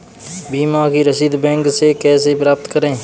बीमा की रसीद बैंक से कैसे प्राप्त करें?